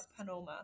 panoma